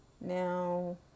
Now